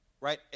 right